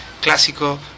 Clásico